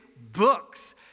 books